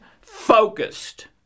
focused